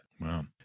Wow